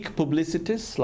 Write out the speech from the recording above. publicities